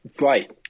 right